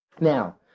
Now